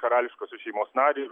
karališkosios šeimos narį